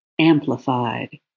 amplified